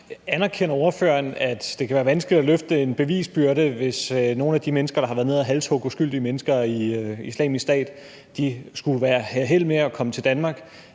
Anerkender ordføreren, at det kan være vanskeligt at løfte en bevisbyrde, hvis nogle af de mennesker, der har været nede at halshugge uskyldige mennesker i Islamisk Stat, skulle have held med at komme til Danmark,